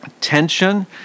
tension